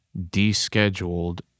descheduled